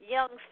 Young